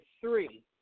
three